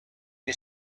you